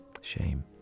Shame